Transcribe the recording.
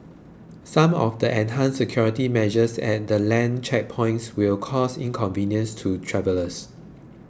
some of the enhanced security measures at the land checkpoints will cause inconvenience to travellers